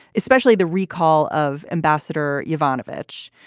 especially the recall of ambassador ivanovich.